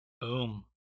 Boom